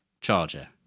charger